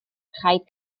rhaid